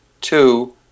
Two